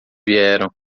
vieram